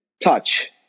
touch